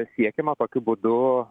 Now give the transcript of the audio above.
siekiama tokiu būdu